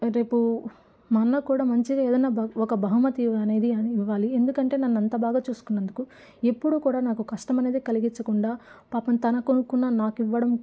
రేపు మా అన్న కూడా మంచిగా ఏదన్న బ ఒక బహుమతి అనేది ఇవ్వాలి ఎందుకంటే నన్ను అంత బాగా చూసుకున్నందుకు ఎప్పుడు కూడా నాకు కష్టం అనేది కలిగిచ్చకుండా పాపం తను కొనుక్కున్న నాకు ఇవ్వడం